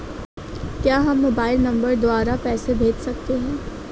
क्या हम mobile number द्वारा पैसे भेज सकते हैं?